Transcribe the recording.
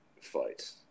fight